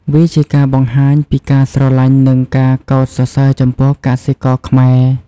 វាជាការបង្ហាញពីការស្រលាញ់និងការកោតសរសើរចំពោះកសិករខ្មែរ។